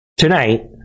tonight